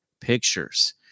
pictures